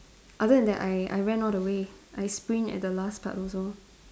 other than that I I ran all the way I sprint at the last part also